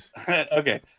okay